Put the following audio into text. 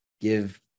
give